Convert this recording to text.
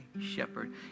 shepherd